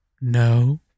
No